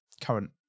current